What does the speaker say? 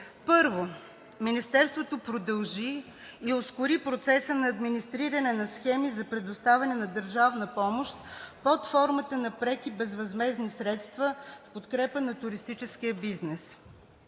1. Министерството продължи и ускори процеса на администриране на схеми за предоставяне на държавна помощ под формата на преки безвъзмездни средства в подкрепа на туристическия бизнес.